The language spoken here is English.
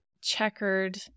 checkered